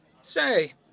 Say